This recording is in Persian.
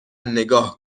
نگاه